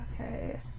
Okay